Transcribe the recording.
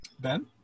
Ben